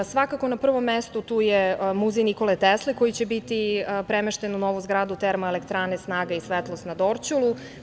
Svakako na prvom mestu tu je muzej Nikole Tesle koji će biti premešten u novu zgradu Termoelektrane, snaga i svetlost na Dorćolu.